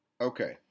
Okay